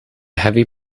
heavy